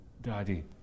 Daddy